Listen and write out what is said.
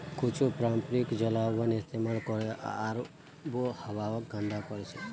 कुछू पारंपरिक जलावन इस्तेमाल करले आबोहवाक गंदा करछेक